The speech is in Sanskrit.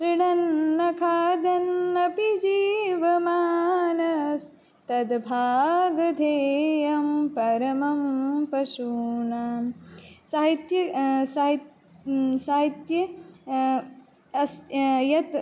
तृणन्न खादन्नपि जीवमानस्तद्भागधेयं परमं पशूनां साहित्ये साहि साहित्ये अस् यत्